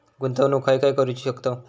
गुंतवणूक खय खय करू शकतव?